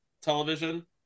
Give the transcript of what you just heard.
television